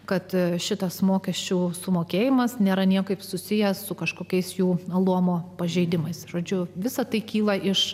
kad šitas mokesčių sumokėjimas nėra niekaip susijęs su kažkokiais jų luomo pažeidimais žodžiu visa tai kyla iš